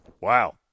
Wow